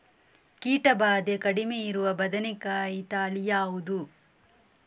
ಕೀಟ ಭಾದೆ ಕಡಿಮೆ ಇರುವ ಬದನೆಕಾಯಿ ತಳಿ ಯಾವುದು?